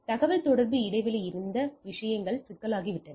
தகவல்தொடர்பு இடைவெளி இருந்தால் விஷயங்கள் சிக்கலாகிவிட்டன